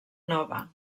nova